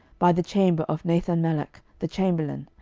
by the chamber of nathanmelech the chamberlain,